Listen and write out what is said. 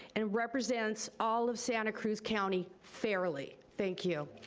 and represents all of santa cruz county fairly. thank you.